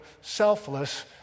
selfless